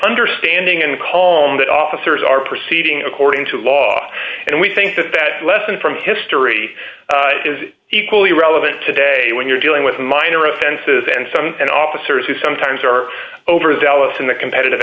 understanding and calm that officers are proceeding according to law and we think that that lesson from history is equally relevant today when you're dealing with minor offenses and some and officers who sometimes are over the alice in the competitive